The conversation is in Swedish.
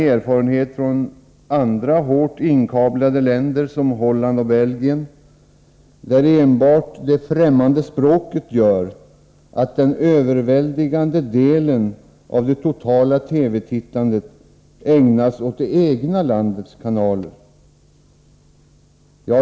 Erfarenheter från hårt inkablade länder som Holland och Belgien visar att enbart det främmande språket gör att den överväldigande delen av det totala TV-tittandet ägnas åt det egna landets kanaler.